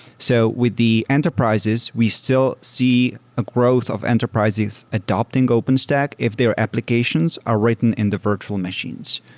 so with the enterprises, we still see a growth of enterprises adapting openstack if their applications are written in the virtual machines.